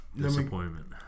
disappointment